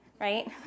right